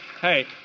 Hey